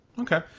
Okay